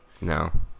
No